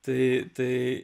tai tai